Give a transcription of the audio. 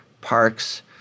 parks